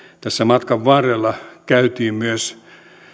tässä matkan varrella käytiin myös